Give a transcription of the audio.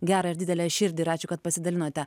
gerą ir didelę širdį ir ačiū kad pasidalinote